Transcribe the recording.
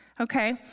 okay